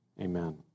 amen